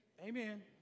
amen